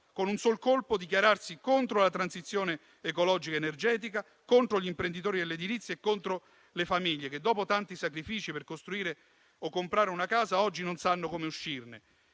con un sol colpo, dichiararsi contro la transizione ecologica ed energetica, contro gli imprenditori dell'edilizia e contro le famiglie che, dopo tanti sacrifici per costruire o comprare una casa, oggi non sanno come uscirne.